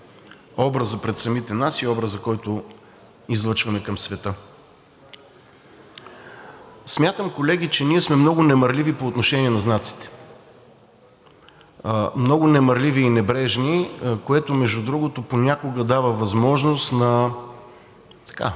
образът пред самите нас и образът, който излъчваме към света? Смятам, колеги, че ние сме много немарливи по отношение на знаците – много немарливи и небрежни, което, между другото, понякога дава възможност на странни